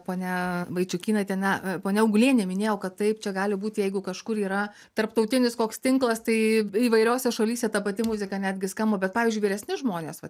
ponia vaičiukynaite na ponia augulienė minėjo kad taip čia gali būti jeigu kažkur yra tarptautinis koks tinklas tai įvairiose šalyse ta pati muzika netgi skamba bet pavyzdžiui vyresni žmonės vat